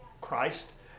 Christ